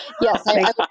Yes